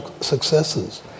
successes